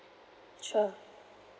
sure